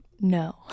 No